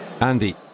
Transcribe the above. Andy